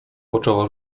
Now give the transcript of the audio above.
poczęła